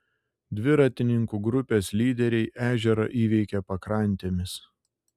dviratininkų grupės lyderiai ežerą įveikė pakrantėmis